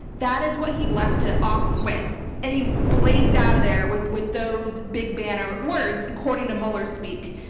that is what he left it off with and he blazed out of there with with those big banner words, according to mueller speak.